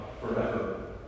forever